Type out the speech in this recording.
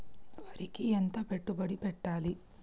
వరికి ఎంత పెట్టుబడి పెట్టాలి?